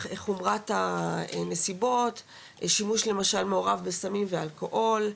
חומרת הנסיבות, שימוש למשל מעורב בסמים ואלכוהול,